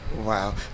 Wow